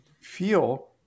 feel